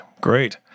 Great